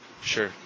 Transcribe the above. Sure